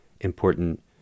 important